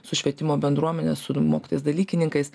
su švietimo bendruomene su mokytojais dalykininkais